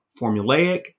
formulaic